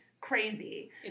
crazy